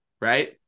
right